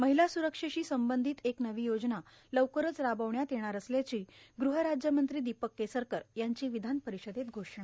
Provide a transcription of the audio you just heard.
महिला स्वुरक्षेशी संबंधित एक नवी योजना लवकरच राबवण्यात येणार असल्याची गृह राज्यमंत्री दीपक केसरकर यांची विधान परिषदेत घोषणा